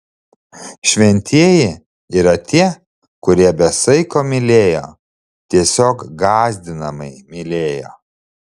šventieji yra tie kurie be saiko mylėjo tiesiog gąsdinamai mylėjo